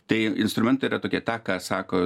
tai instrumentai yra tokie tą ką sako